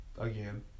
again